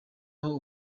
aho